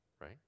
right